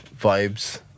vibes